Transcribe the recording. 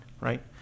Right